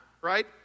right